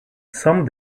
some